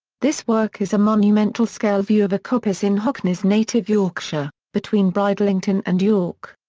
this work is a monumental-scale view of a coppice in hockney's native yorkshire, between bridlington and york.